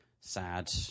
sad